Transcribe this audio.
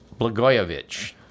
Blagojevich